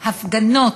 הפגנות.